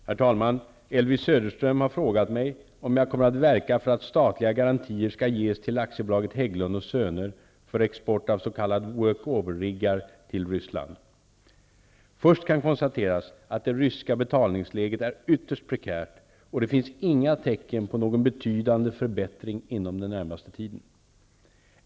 Herr talman! Elvy Söderström har frågat mig om jag kommer att verka för att statliga garantier skall ges till AB Hägglund & Söner för export av s.k. Först kan konstateras att det ryska betalningsläget är ytterst prekärt, och det finns inga tecken på någon betydande förbättring inom den närmaste tiden.